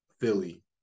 Philly